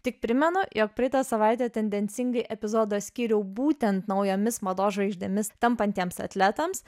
tik primenu jog praeitą savaitę tendencingai epizodą skyriau būtent naujomis mados žvaigždėmis tampantiems atletams